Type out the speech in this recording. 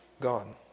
gone